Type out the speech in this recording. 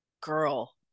girl